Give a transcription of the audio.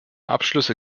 abschlüsse